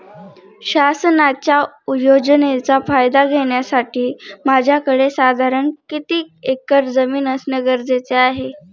शासनाच्या योजनेचा फायदा घेण्यासाठी माझ्याकडे साधारण किती एकर जमीन असणे गरजेचे आहे?